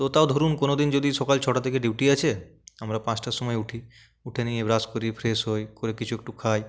তো তাও ধরুন কোনদিন যদি সকাল ছটা থেকে ডিউটি আছে আমরা পাঁচটার সময় উঠি উঠে নিয়ে ব্রাশ করি ফ্রেশ হই করে কিছু একটু খাই